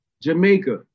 Jamaica